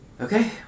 Okay